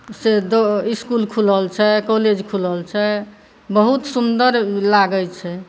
से school खुलल छै college खुलल छै बहुत सुन्दर लागै छै